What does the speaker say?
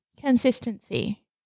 Consistency